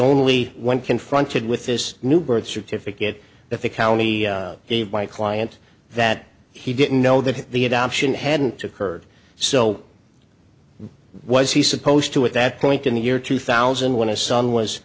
only when confronted with this new birth certificate that the county gave my client that he didn't know that the adoption hadn't occurred so was he supposed to at that point in the year two thousand when his son was